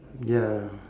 ya